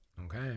Okay